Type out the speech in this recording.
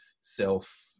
self